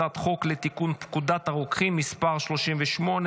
הצעת חוק לתיקון פקודת הרוקחים (מס' 38),